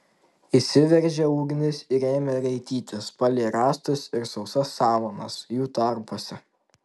įsiveržė ugnis ir ėmė raitytis palei rąstus ir sausas samanas jų tarpuose